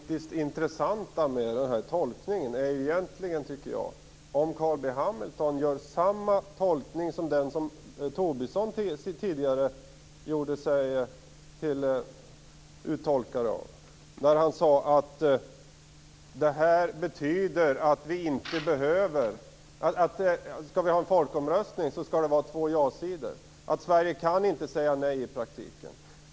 Herr talman! Jag tycker att det intressanta egentligen är om Carl B Hamilton gör samma tolkning som den som Tobisson tidigare gjorde, nämligen att om vi skall ha en folkomröstning skall den innefatta två jasidor. Sverige kan i praktiken inte säga nej.